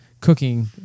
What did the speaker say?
cooking